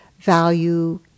value